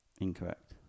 Incorrect